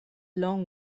long